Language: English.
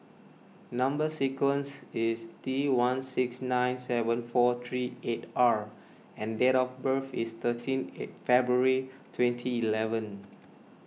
Number Sequence is T one six nine seven four three eight R and date of birth is thirteen February twenty eleven